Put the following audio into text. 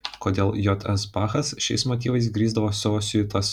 kodėl j s bachas šiais motyvais grįsdavo savo siuitas